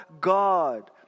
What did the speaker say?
God